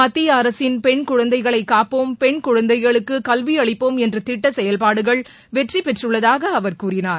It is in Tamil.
மத்திய அரசின் பெண்குழந்தைகளை காப்போம் பெண்குழந்தைகளுக்கு கல்வி அளிப்போம் என்ற திட்ட செயல்பாடுகள் வெற்றிபெற்றுள்ளதாக அவர் கூறினார்